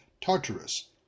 Tartarus